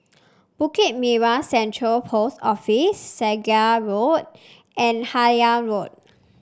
Bukit Merah Central Post Office Segar Road and Harlyn Road